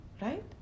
Right